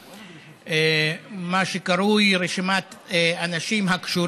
כמה חודשים הגיע לארץ בחור